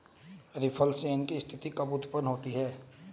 Reflation की स्थिति कब उत्पन्न होती है?